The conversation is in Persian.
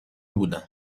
بودم